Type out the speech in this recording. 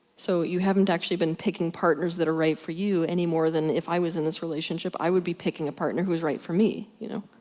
so, you haven't actually been picking partners that are right for you anymore than if i was in this relationship i would be picking a partner who is right for me. you know?